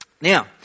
Now